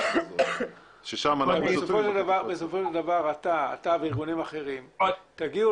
בסופו של דבר אתה וארגונים אחרים תגיעו